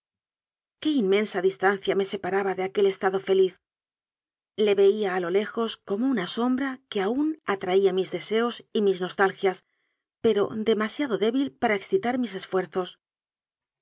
qué inmensa distancia me separaba de aquel estado feliz le veía a lo lejos como una sombra que aún atraía mis deseos y mis nostal gias pero demasiado débil para excitar mis